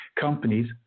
companies